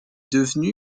devenu